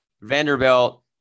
Vanderbilt